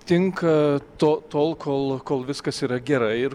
tinka tol kol kol viskas yra gerai ir